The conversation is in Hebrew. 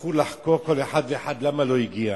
יצטרכו לחקור כל אחד ואחד למה לא הגיע.